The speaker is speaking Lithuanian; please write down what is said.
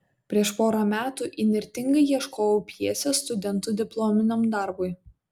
prieš porą metų įnirtingai ieškojau pjesės studentų diplominiam darbui